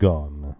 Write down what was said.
Gone